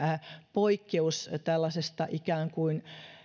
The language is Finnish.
poikkeus tällaisesta ikään kuin